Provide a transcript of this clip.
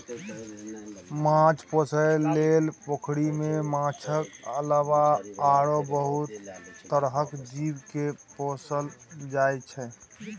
माछ पोसइ लेल पोखरि मे माछक अलावा आरो बहुत तरहक जीव केँ पोसल जाइ छै